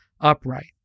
upright